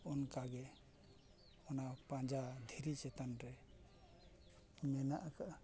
ᱚᱱᱠᱟ ᱜᱮ ᱚᱱᱟ ᱯᱟᱸᱡᱟ ᱫᱷᱤᱨᱤ ᱪᱮᱛᱟᱱ ᱨᱮ ᱢᱮᱱᱟᱜ ᱟᱠᱟᱫᱼᱟ